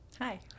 Hi